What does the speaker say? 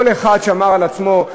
כל אחד שמר על עצמו,